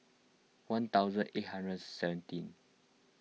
one thousand eight hundred seventeen